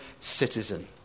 citizen